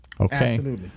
Okay